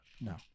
No